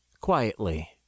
quietly